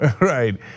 Right